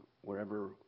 wherever